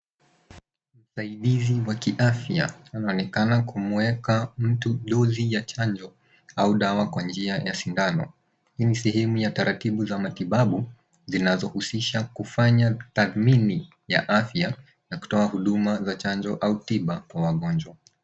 Msaidizi wa kiafya anaonekana kumueka mtu dozi ya chanjo au dawa kwa njia ya sindano. Hii ni sehemu ya taratibu za matibabu, zinazohusisha kufanya tathmini ya afya na kutoa huduma za chanjo au tiba kwa wagonjwa.